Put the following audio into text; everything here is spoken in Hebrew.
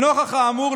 לנוכח האמור,